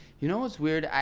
you know what's weird?